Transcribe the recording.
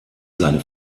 seine